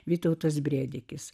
vytautas brėdikis